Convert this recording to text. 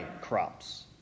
crops